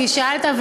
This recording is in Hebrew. כי שאלת,